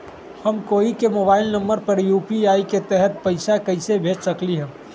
हम कोई के मोबाइल नंबर पर यू.पी.आई के तहत पईसा कईसे भेज सकली ह?